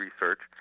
research